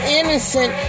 innocent